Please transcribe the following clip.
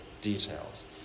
details